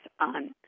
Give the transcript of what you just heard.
on